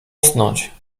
usnąć